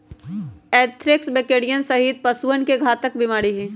anthrax बकरियन सहित पशुअन के घातक बीमारी हई